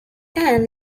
ann